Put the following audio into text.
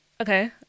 Okay